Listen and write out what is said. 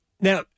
now